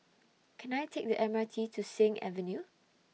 Can I Take The M R T to Sing Avenue